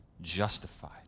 justified